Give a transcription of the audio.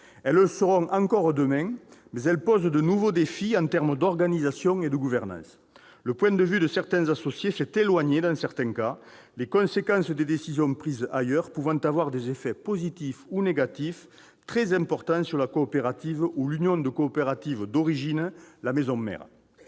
Elles le seront encore demain, mais elles posent de nouveaux défis en termes d'organisation et de gouvernance. Le point de vue de certains associés s'est éloigné dans certains cas, les conséquences des décisions prises ailleurs pouvant avoir des effets positifs ou négatifs très importants sur la coopérative ou l'union de coopératives d'origine, la maison mère.